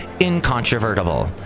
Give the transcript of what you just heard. incontrovertible